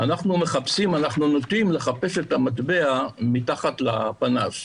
אנחנו נוטים לחפש את המטבע מתחת לפנס.